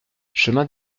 chemin